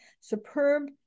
superb